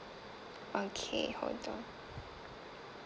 okay hold on